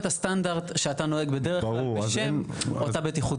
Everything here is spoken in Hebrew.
הסטנדרט שאתה נוהג בדרך כלל בשם אותה בטיחות.